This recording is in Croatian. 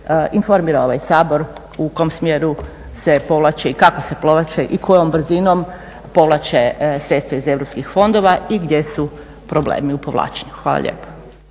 informira ovaj Sabor u kom smjeru se povlače i kako se povlače i kojom brzinom povlače sredstva iz europskih fondova i gdje su problemi u povlačenju. Hvala lijepo.